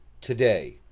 today